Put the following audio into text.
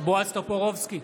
בועז טופורובסקי,